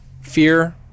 fear